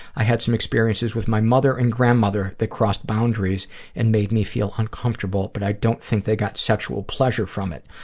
i had some experiences with my mother and grandmother that crossed boundaries and made me feel uncomfortable, but i don't think they got sexual pleasure from it.